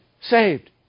saved